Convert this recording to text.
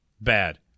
Bad